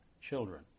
children